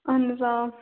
اَہَن حظ آ